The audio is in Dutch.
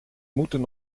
moeten